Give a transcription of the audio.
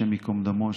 השם ייקום דמו,